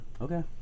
Okay